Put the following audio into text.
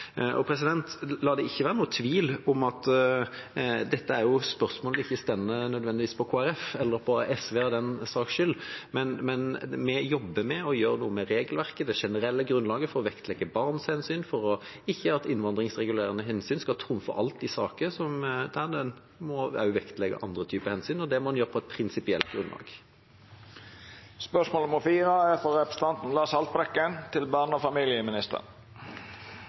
La det ikke være noen tvil. Dette er jo spørsmål som ikke nødvendigvis står på Kristelig Folkeparti, eller på SV for den saks skyld, men vi jobber med å gjøre noe med regelverket, det generelle grunnlaget, for å vektlegge barns hensyn, for at ikke innvandringsregulerende hensyn skal trumfe alt i saker der en også må vektlegge andre hensyn, og det må en gjøre på et prinsipielt grunnlag.